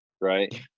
right